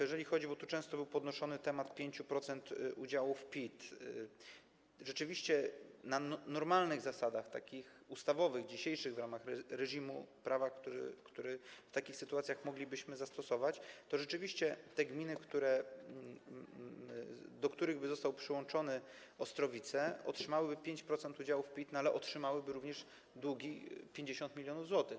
Jeżeli chodzi - bo tu często był podnoszony ten temat - o 5% udziału w PIT, to rzeczywiście na normalnych zasadach, takich ustawowych, dzisiejszych, w ramach reżimu prawa, które w takich sytuacjach moglibyśmy zastosować, te gminy, do których by zostały przyłączone Ostrowice, otrzymałyby 5% udziału w PIT, ale otrzymałyby również długi - 50 mln zł.